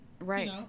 Right